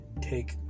take